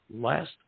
last